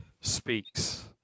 speaks